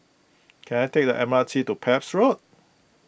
can I take the M R T to Pepys Road